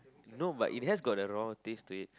no but it has got the raw taste to it